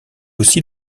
aussi